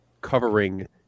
covering